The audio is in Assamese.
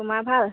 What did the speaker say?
তোমাৰ ভাল